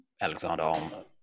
Alexander